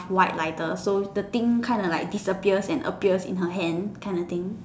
white lighter so the thing kind of like disappears and appears in her hand kind of thing